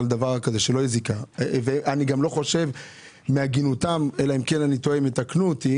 דבר כזה שלא תהיה זיקה ובהגינותם אלא אם כן אני טועה ויתקנו אותי